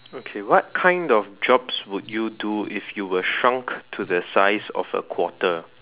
okay what kind of jobs would you do if you were shrunk to the size of a quarter